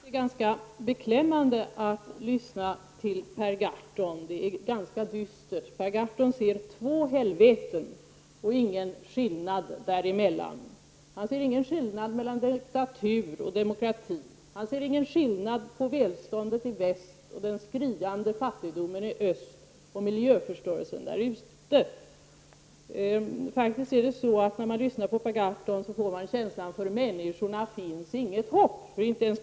Herr talman! Jag tycker att det är ganska beklämmande att lyssna till Per Gahrton. Det är ganska dystert. Per Gahrton ser två helveten och ingen skillnad däremellan. Han ser ingen skillnad mellan diktatur och demokrati. Han ser ingen skillnad mellan välståndet i väst och den skriande fattigdomen och miljöförstöringen i öst. När man lyssnar på Per Gahrton får man känslan av att det inte finns något hopp för människorna.